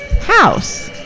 house